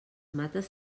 mates